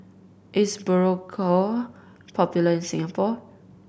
is Berocca popular in Singapore